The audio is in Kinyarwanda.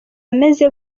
ameze